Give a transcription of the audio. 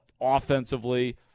offensively